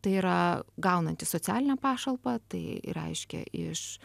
tai yra gaunantys socialinę pašalpą tai reiškia iš